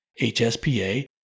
HSPA